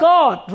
God